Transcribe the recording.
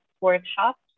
workshops